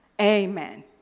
Amen